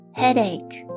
headache